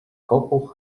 couple